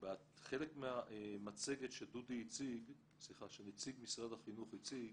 בחלק מהמצגת שנציג משרד החינוך הציג